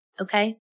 okay